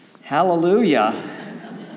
Hallelujah